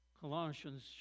Colossians